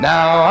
Now